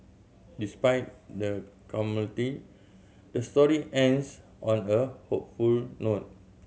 despite the calamity the story ends on a hopeful note